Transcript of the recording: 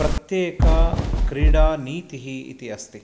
प्रत्येका क्रडानीतिः इति अस्ति